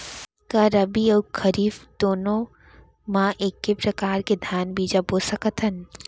का रबि अऊ खरीफ दूनो मा एक्के प्रकार के धान बीजा बो सकत हन?